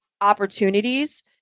opportunities